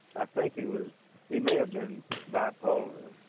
i think he was he may have been bipolar.